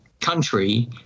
country